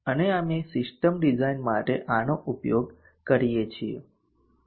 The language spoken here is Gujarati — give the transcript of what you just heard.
અને અમે સિસ્ટમ ડિઝાઇન માટે આનો ઉપયોગ કરીએ છીએ